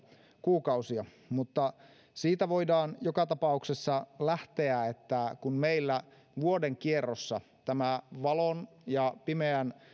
kuukausia mutta siitä voidaan joka tapauksessa lähteä että kun meillä vuodenkierrossa tämä valon ja pimeän